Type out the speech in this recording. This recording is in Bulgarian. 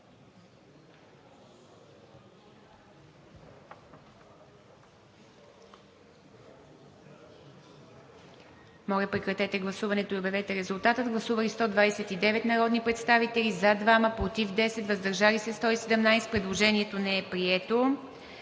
Моля, прекратете гласуването и обявете резултата. Гласували 194 народни представители: за 96, против 80, въздържали се 18. Предложението не е прието.